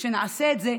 כשנעשה את זה,